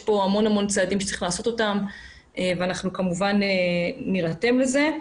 יש כאן המון צעדים שצריך לעשות אותם ואנחנו כמובן נירתם לזה.